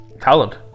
talent